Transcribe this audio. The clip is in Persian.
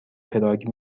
پراگ